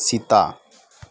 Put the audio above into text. ᱥᱮᱛᱟ